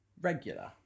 regular